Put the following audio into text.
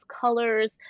colors